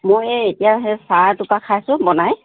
মই এই এতিয়া সেই চাহ এটোপা খাইছোঁ বনাই